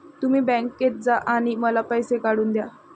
तुम्ही बँकेत जा आणि मला पैसे काढून दया